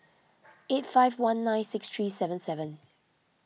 eight five one nine six three seven seven